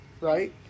right